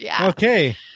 Okay